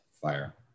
Fire